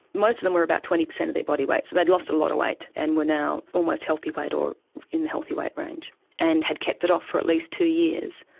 most of them were about twenty per cent of their body weight, so they'd lost a lot of weight and were now almost healthy weight, or in the healthy weight range and had kept it off for at least two years.